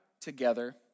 together